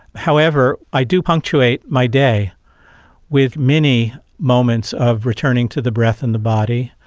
however, i do punctuate my day with many moments of returning to the breath and the body.